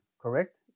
correct